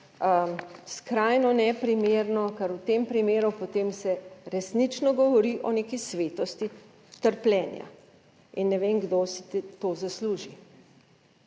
skrajno neprimerno, ker v tem primeru potem se resnično govori o neki svetosti trpljenja in ne vem, kdo si to zasluži.